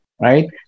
Right